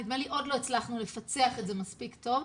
נדמה לי שעוד לא הצלחנו לפצח את זה מספיק טוב.